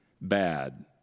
bad